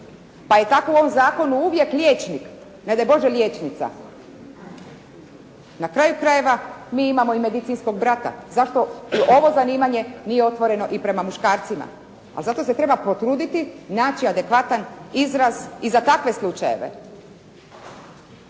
pa je tako u ovom zakonu uvijek liječnik, ne daj Bože liječnica. Na kraju krajeva, mi imamo i medicinskog brata. Zašto ovo zanimanje nije otvoreno i prema muškarcima? Zato se treba potruditi naći adekvatan izraz i za takve slučajeve.